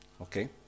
Okay